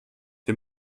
wir